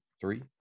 Three